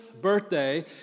birthday